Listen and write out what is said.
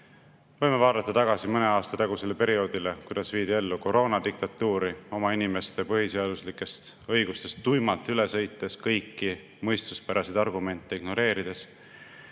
võime vaadata tagasi mõne aasta tagusele perioodile, kui viidi ellu koroonadiktatuuri, oma inimeste põhiseaduslikest õigustest tuimalt üle sõites, kõiki mõistuspäraseid argumente ignoreerides.